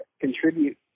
contribute